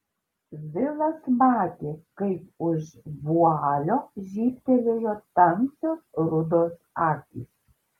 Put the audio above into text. vilas matė kaip už vualio žybtelėjo tamsios rudos akys